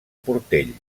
portell